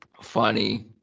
funny